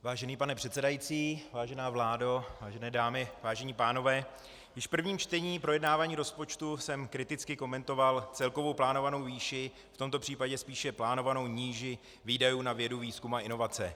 Vážený pane předsedající, vážená vládo, vážené dámy, vážení pánové, již v prvním čtení projednávání rozpočtu jsem kriticky komentoval celkovou plánovanou výši, v tomto případě spíše plánovanou níži výdajů na vědu, výzkum a inovace.